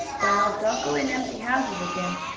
well, don't go in empty houses again,